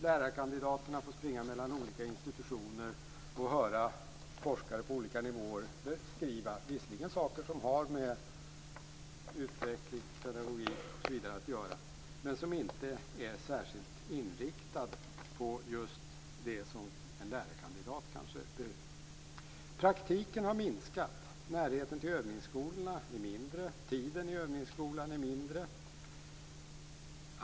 Lärarkandidaterna får springa mellan olika institutioner och höra forskare på olika nivåer beskriva saker som visserligen har med utveckling, pedagogik osv. att göra, men som inte är särskilt inriktade på just det som en lärarkandidat behöver. Praktiken har minskat. Närheten till övningsskolorna saknas och tiden i övningsskolan är kortare.